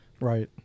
Right